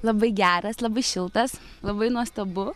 labai geras labai šiltas labai nuostabu